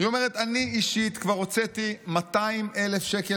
היא אומרת: אני אישית כבר הוצאתי 200,000 שקל